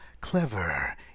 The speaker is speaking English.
clever